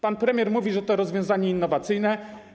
Pan premier mówi, że to jest rozwiązanie innowacyjne.